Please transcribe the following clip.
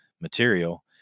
material